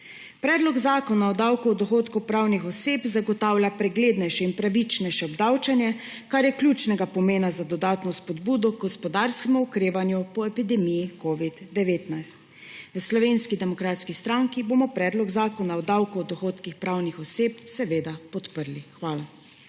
Predlog zakona o davku od dohodkov pravnih oseb zagotavlja preglednejše in pravičnejše obdavčenje, kar je ključnega pomena za dodatno spodbudo h gospodarskemu okrevanju po epidemiji covida-19. V Slovenski demokratski stranki bomo Predlog zakona o davku od dohodkov pravnih oseb seveda podprli. Hvala.